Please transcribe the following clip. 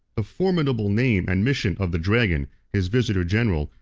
the formidable name and mission of the dragon, his visitor-general,